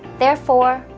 therefore,